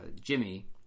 Jimmy